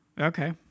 Okay